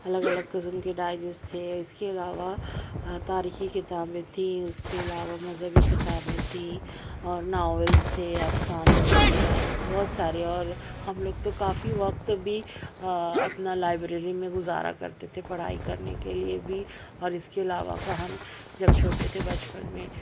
الگ الگ قسم کے ڈائجیسٹ تھے اس کے علاوہ تاریخی کتابیں تھیں اس کے علاوہ مذہبی کتابیں تھیں اور ناولس تھے افسانے تھے بہت ساری اور ہم نے تو کافی وقت بھی اپنا لائبریری میں گزارا کرتے تھے پڑھائی کرنے کے لیے بھی اور اس کے علاوہ کہانی جب چھوٹے تھے بچپن میں